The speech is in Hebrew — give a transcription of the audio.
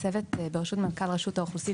אז הצוות בראשות מנכ״ל רשות האוכלוסין